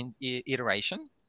iteration